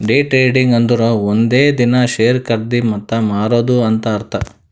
day trading ಅಂದುರ್ ಒಂದೇ ದಿನಾ ಶೇರ್ ಖರ್ದಿ ಮತ್ತ ಮಾರಾದ್ ಅಂತ್ ಅರ್ಥಾ